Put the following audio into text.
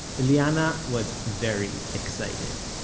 eliana was very excited